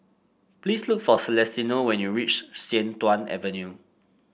please look for Celestino when you reach Sian Tuan Avenue